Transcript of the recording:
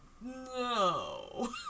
no